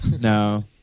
no